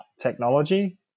technology